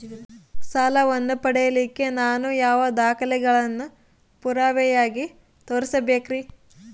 ಸಾಲವನ್ನು ಪಡಿಲಿಕ್ಕೆ ನಾನು ಯಾವ ದಾಖಲೆಗಳನ್ನು ಪುರಾವೆಯಾಗಿ ತೋರಿಸಬೇಕ್ರಿ?